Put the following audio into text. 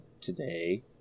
today